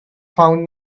found